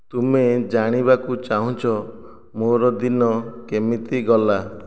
ତୁମେ ଜାଣିବାକୁ ଚାହୁଁଛ ମୋର ଦିନ କେମିତି ଗଲା